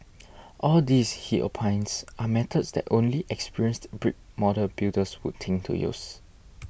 all these he opines are methods that only experienced brick model builders would think to use